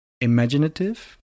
imaginative